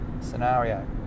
scenario